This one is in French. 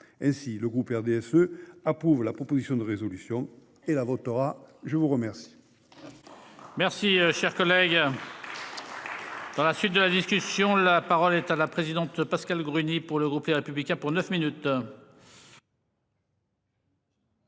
Ainsi, le groupe RDSE approuve la proposition de résolution et la votera. La parole